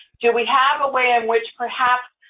do we have a way in which, perhaps,